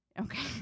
Okay